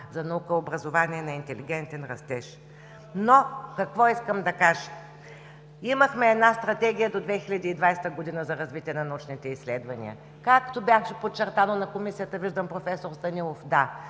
„Наука и образование за интелигентен растеж“. Но какво искам да кажа? Имахме една Стратегия до 2020 г. за развитие на научните изследвания. Както беше подчертано на Комисията – виждам проф. Станилов, да,